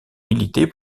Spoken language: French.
milité